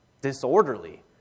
disorderly